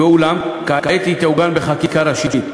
אולם כעת היא תעוגן בחקיקה ראשית.